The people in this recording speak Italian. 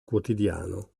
quotidiano